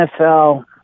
NFL